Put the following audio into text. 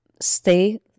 stay